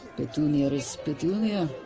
petunia is petunia.